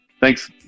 Thanks